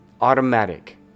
Automatic